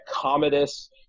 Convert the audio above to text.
Commodus